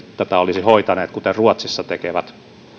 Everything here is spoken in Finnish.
tätä ole hoitaneet kuten ruotsissa tekevät